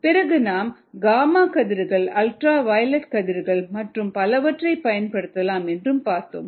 பிறகு நாம் காமா கதிர்கள் அல்ட்ரா வயலட் கதிர்கள் மற்றும் பலவற்றையும் பயன்படுத்தலாம் என்று பார்த்தோம்